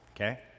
okay